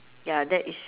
ya that is